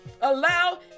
allow